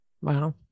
Wow